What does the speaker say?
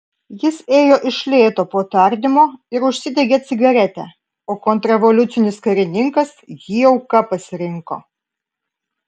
jis ėjo iš lėto po tardymo ir užsidegė cigaretę o kontrrevoliucinis karininkas jį auka pasirinko